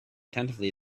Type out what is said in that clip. attentively